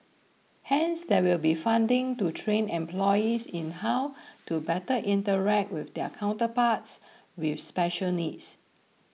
hence there will be funding to train employees in how to better interact with their counterparts with special needs